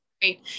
great